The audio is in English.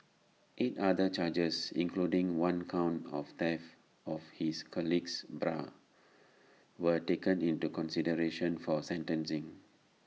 eight other charges including one count of theft of his colleague's bra were taken into consideration for sentencing